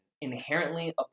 inherently